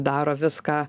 daro viską